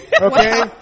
Okay